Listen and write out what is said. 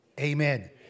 Amen